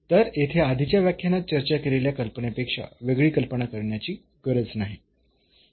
तर येथे आधीच्या व्याख्यानात चर्चा केलेल्या कल्पनेपेक्षा वेगळी कल्पना वापरण्याची गरज नाही